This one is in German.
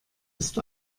ist